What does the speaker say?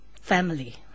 family